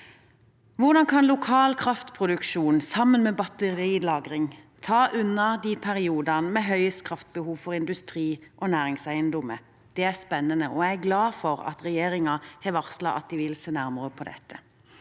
Hvordan kan lokal kraftproduksjon, sammen med batterilagring, ta unna i de periodene med høyest kraftbehov for industri og næringseiendommer? Det er spennende, og jeg er glad for at regjeringen har varslet at de vil se nærmere på det.